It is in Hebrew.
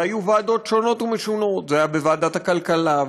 אלה היו ועדות שונות ומשונות: זה היה בוועדת הכלכלה,